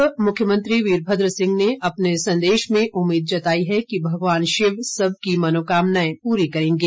पूर्व मुख्यमंत्री वीरभद्र सिंह ने अपने संदेश में उम्मीद जताई है कि भगवान शिव सभी की मनोकामना पूरी करेंगे